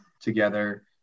together